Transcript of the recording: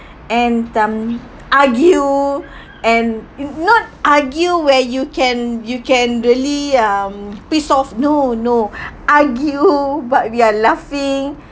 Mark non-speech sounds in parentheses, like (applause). and um argue and it's not argue where you can you can really um pissed off no no (breath) argue but we are laughing